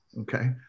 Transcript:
okay